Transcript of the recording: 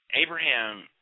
Abraham